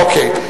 אוקיי.